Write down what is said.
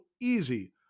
easy